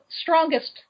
strongest